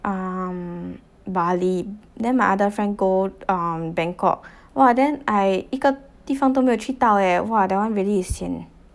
um bali then my other friend go um bangkok !wah! then I 一个地方都没有去到 leh !wah! that one really is sian